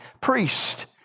priest